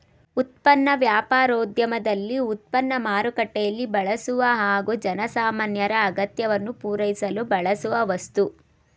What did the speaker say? ಉತ್ಪನ್ನ ವ್ಯಾಪಾರೋದ್ಯಮದಲ್ಲಿ ಉತ್ಪನ್ನ ಮಾರುಕಟ್ಟೆಯಲ್ಲಿ ಬಳಸುವ ಹಾಗೂ ಜನಸಾಮಾನ್ಯರ ಅಗತ್ಯವನ್ನು ಪೂರೈಸಲು ಬಳಸುವ ವಸ್ತು